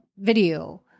video